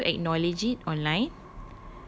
then can you acknowledge it online